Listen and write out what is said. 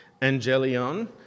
angelion